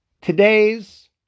Today's